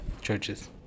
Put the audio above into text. Churches